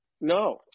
No